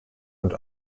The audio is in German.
und